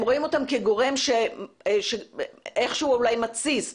הם רואים אותם כגורם שאיכשהו אולי מתסיס,